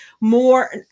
More